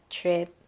trip